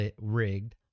rigged